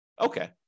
Okay